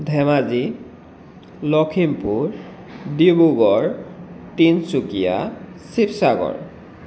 Dhemaji Lakhimpur Dibrugarh Tinsukia Sivasagar